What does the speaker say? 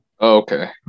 Okay